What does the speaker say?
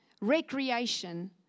recreation